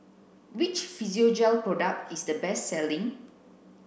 which Physiogel product is the best selling